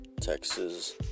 Texas